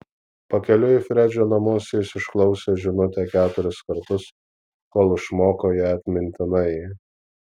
pakeliui į fredžio namus jis išklausė žinutę keturis kartus kol išmoko ją atmintinai